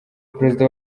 perezida